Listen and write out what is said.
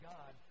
God